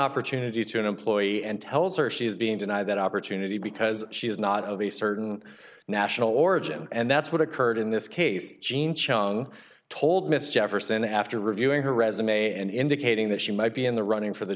opportunity to an employee and tells her she is being denied that opportunity because she is not of a certain national origin and that's what occurred in this case jean chung told mr jefferson after reviewing her resume and indicating that she might be in the running for the